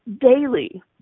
daily